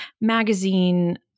magazine